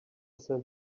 send